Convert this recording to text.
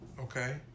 Okay